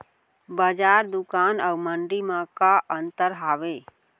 बजार, दुकान अऊ मंडी मा का अंतर हावे?